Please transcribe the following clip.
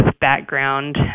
background